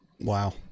Wow